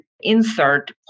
insert